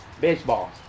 Baseball